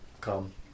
come